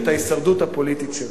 את ההישרדות הפוליטית שלו.